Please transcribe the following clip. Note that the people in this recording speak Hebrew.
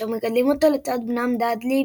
אשר מגדלים אותו לצד בנם דאדלי,